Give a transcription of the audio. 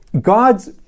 God's